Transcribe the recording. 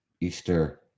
Easter